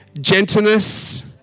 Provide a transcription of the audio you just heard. gentleness